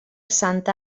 santa